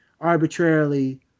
arbitrarily